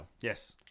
yes